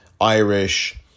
Irish